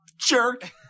jerk